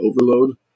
overload